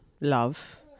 love